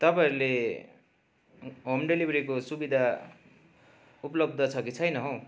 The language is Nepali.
तपाईँहरूले होम डेलिभरीको सुविधा उपलब्ध छ कि छैन हौ